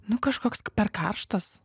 nu kažkoks per karštas